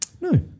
No